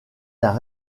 d’un